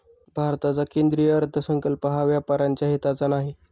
भारताचा केंद्रीय अर्थसंकल्प हा व्यापाऱ्यांच्या हिताचा नाही